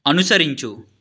అనుసరించు